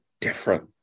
different